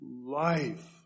life